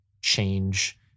change